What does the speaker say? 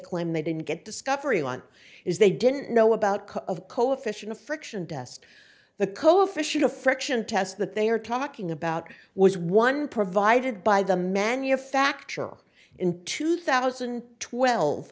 claim they didn't get discovery line is they didn't know about of coefficient of friction dest the coefficient of friction test that they are talking about was one provided by the manufacturer in two thousand and twelve